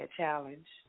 challenge